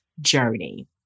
journey